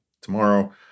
tomorrow